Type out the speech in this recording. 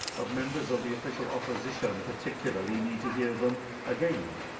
but members of the official opposition particularly need to hear them again.